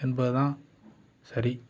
என்பதுதான் சரி